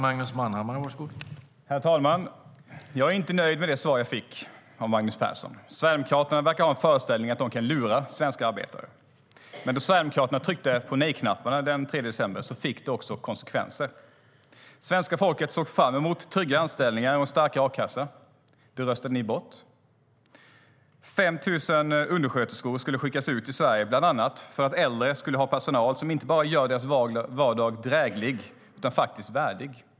Herr talman! Jag är inte nöjd med det svar jag fick från Magnus Persson. Sverigedemokraterna verkar ha en föreställning om att de kan lura svenska arbetare. Men då Sverigedemokraterna tryckte på nej-knappen den 3 december fick det också konsekvenser. Svenska folket såg fram emot trygga anställningar och en starkare a-kassa. Det röstade ni bort. 5 000 undersköterskor skulle skickas ut i Sverige, bland annat för att äldre skulle ha personal som inte bara gör deras vardag dräglig utan faktiskt värdig.